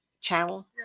channel